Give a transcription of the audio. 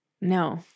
No